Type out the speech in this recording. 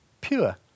pure